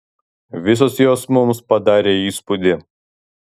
visos jos mums padarė įspūdį